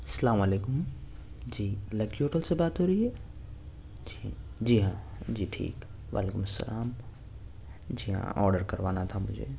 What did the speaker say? السلام علیکم جی لکی ہوٹل سے بات ہو رہی ہے جی جی ہاں جی ٹھیک وعلیکم السلام جی ہاں آڈر کروانا تھا مجھے